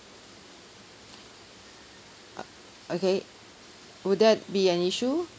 uh okay would that be an issue